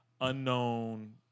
unknown